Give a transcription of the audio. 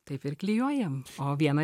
taip ir klijuojam o vieną